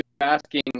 asking